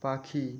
পাখি